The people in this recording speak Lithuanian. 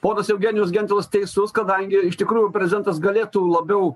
ponas eugenijus gentvilas teisus kadangi iš tikrųjų prezidentas galėtų labiau